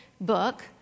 book